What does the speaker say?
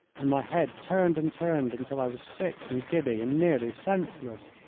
and my head turned and turned until i was sick and giddy and nearly senseless!